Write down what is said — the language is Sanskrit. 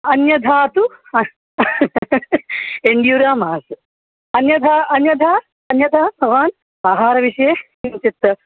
अन्यथा तु एङ्ग्यूरा मास् अन्यथा अन्यथा अन्यथा भवान् आहारविषये किञ्चित्